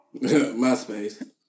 MySpace